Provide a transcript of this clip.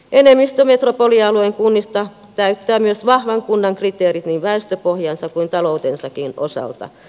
enemmistö metropolialueen kunnista täyttää myös vahvan kunnan kriteerit niin väestöpohjansa kuin taloutensakin osalta